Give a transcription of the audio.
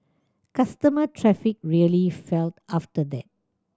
customer traffic really fell after that